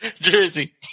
Jersey